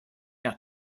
nach